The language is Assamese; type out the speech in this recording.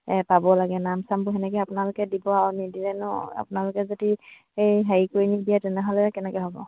এ পাব লাগে নাম চামবোৰ তেনেকৈ আপোনালোকে দিব আৰু নিদিলেনো আপোনালোকে যদি এই হেৰি কৰি নিদিয়ে তেনেহ'লে কেনেকৈ হ'ব